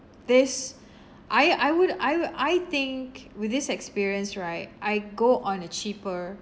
this I I would I would I think with this experience right I go on a cheaper